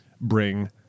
bring